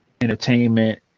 entertainment